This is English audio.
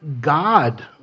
God